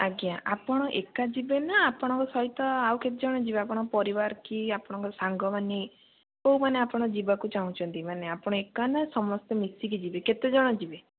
ଆଜ୍ଞା ଆପଣ ଏକା ଯିବେ ନା ଆପଣଙ୍କ ସହିତ ଆଉ କେତେଜଣ ଯିବେ ଆପଣ ପରିବାର କି ଆପଣଙ୍କ ସାଙ୍ଗମାନେ କେଉଁ ମାନେ ଆପଣ ଯିବାକୁ ଚାହୁଁଛନ୍ତି ମାନେ ଆପଣ ଏକା ନା ସମସ୍ତେ ମିଶିକି ଯିବେ କେତେଜଣ ଯିବେ